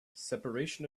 separation